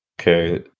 okay